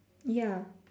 ya